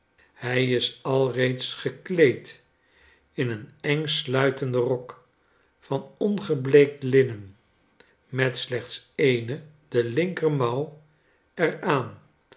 hij is alreeds gekleed in een engsluitenden rok van ongebleekt linnen met slechts eene de linker mouw er